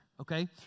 okay